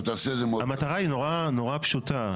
המטרה היא נורא נורא פשוטה.